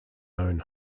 own